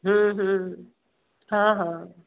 हा हा